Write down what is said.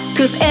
Cause